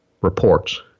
reports